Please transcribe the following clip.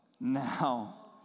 Now